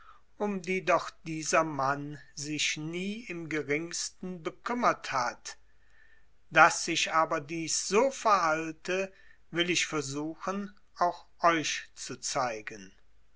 um die doch dieser mann sich nie im geringsten bekümmert hat daß sich aber dies so verhalte will ich versuchen auch euch zu zeigen